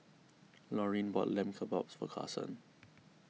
Lorean bought Lamb Kebabs for Karson